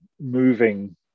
moving